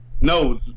No